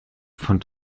von